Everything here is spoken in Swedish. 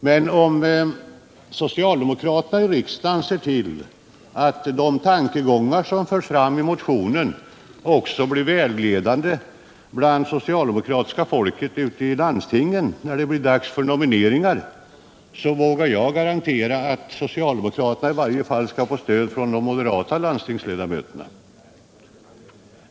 Men om socialdemokraterna i riksdagen ser till att de tankegångar som framförs i motionen också blir vägledande bland det socialdemokratiska folket ute i landstingen när det blir dags för nomineringar, så vågar jag garantera att socialdemokraterna skall få stöd från i varje fall de moderata landstingsledamöterna.